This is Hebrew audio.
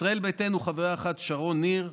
ישראל ביתנו, חברה אחת: שרון ניר,